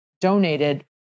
donated